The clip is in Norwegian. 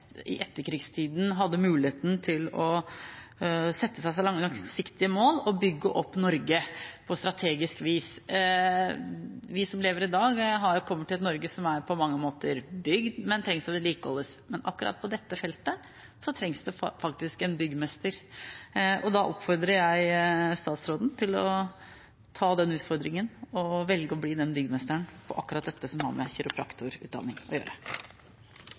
i etterkrigstida hadde muligheten til å sette seg langsiktige mål og bygge opp Norge på strategisk vis. Vi som lever i dag, har kommet til et Norge som på mange måter er bygd, men som må vedlikeholdes. Men akkurat på dette feltet trengs det faktisk en byggmester. Da oppfordrer jeg statsråden til å ta den utfordringen og velge å bli den byggmesteren på akkurat dette som har med kiropraktorutdanning å gjøre.